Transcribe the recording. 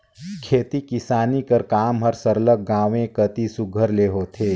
खेती किसानी कर काम हर सरलग गाँवें कती सुग्घर ले होथे